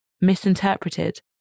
misinterpreted